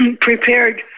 prepared